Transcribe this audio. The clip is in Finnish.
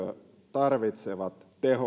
tarvitsevat tehohoitoa